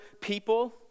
people